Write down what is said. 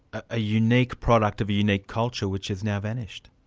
a unique product of a unique culture which has now vanished.